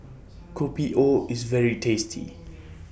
Kopi O IS very tasty